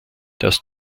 das